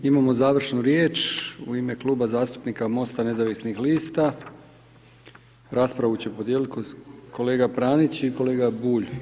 Imamo završnu riječ u ime Kluba zastupnika MOST-a nezavisnih lista, raspravu će podijeliti kolega Pranić i kolega Bulj.